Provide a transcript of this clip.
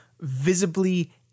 visibly